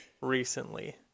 recently